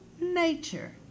nature